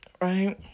right